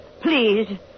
Please